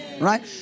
Right